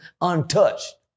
untouched